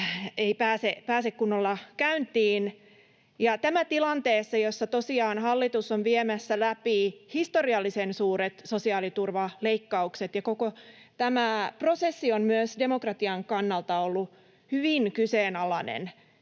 pääse kunnolla käyntiin — ja tämä tilanteessa, jossa hallitus tosiaan on viemässä läpi historiallisen suuret sosiaaliturvaleikkaukset. Koko tämä prosessi on myös demokratian kannalta ollut hyvin kyseenalainen.